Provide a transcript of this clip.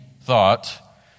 thought